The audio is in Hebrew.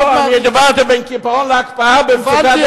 לא, אני דיברתי בין קיפאון להקפאה במצוקת הדיור.